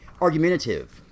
argumentative